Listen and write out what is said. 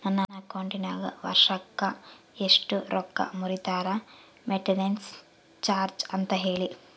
ನನ್ನ ಅಕೌಂಟಿನಾಗ ವರ್ಷಕ್ಕ ಎಷ್ಟು ರೊಕ್ಕ ಮುರಿತಾರ ಮೆಂಟೇನೆನ್ಸ್ ಚಾರ್ಜ್ ಅಂತ ಹೇಳಿ?